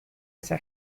esa